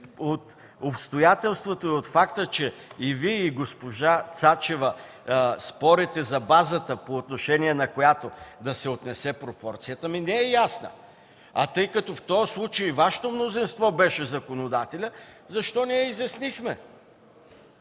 От обстоятелството и факта, че и Вие, и госпожа Цачева спорите за базата, по отношение на която да се отнесе пропорцията, не е ясна. Тъй като в този случай Вашето мнозинство беше законодателят, защо не го изяснихме?!